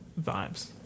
vibes